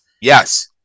Yes